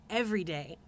everyday